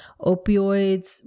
Opioids